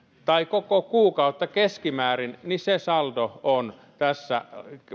tai koko kuukautta keskimäärin niin se saldo on tässä